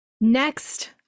Next